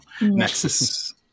nexus